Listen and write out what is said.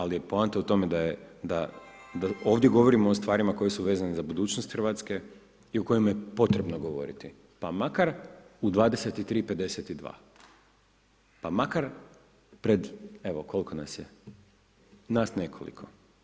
Ali je poanta u tome da je, ovdje govorimo o stvarima koje su vezane za budućnost Hrvatske i o kojima je potrebno govoriti pa makar u 23,52, pa makar pred, evo koliko nas je, nas nekoliko.